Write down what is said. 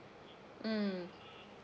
mm